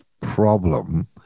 problem